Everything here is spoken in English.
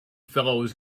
fellows